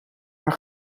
haar